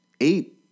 eight